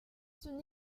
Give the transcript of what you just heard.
son